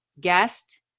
guest